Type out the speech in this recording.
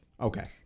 Okay